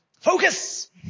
Focus